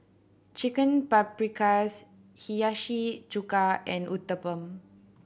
Chicken Paprikas Hiyashi Chuka and Uthapam